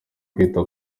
kwita